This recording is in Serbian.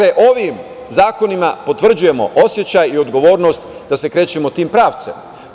Ovim zakonima potvrđujemo osećaj i odgovornost da se krećemo tim pravcem.